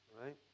right